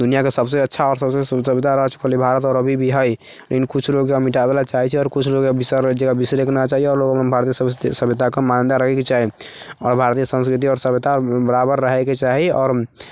दुनिआँके सभसँ अच्छा आओर सभसँ सभ्यता राज्य भारत अभी भी हइ लेकिन किछु लोग एकरा मिटाबयले चाहै छै आओर कुछ लोग एकरा बिसरयके लेकिन एकरा बिसरयके नहि चाही आओर लोकके भारतीय सभ्यता आओर संस्कृतिके मान्यता रहयके चाही आओर भारतीय सभ्यता आओर संस्कृति बराबर रहयके चाही आओर